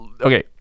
okay